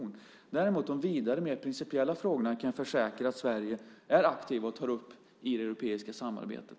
När det däremot gäller de vidare mer principiella frågorna kan jag försäkra att Sverige är aktivt och tar upp dem i det europeiska samarbetet.